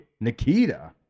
Nikita